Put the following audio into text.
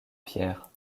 pierre